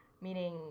Meaning